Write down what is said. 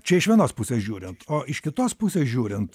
čia iš vienos pusės žiūrint o iš kitos pusės žiūrint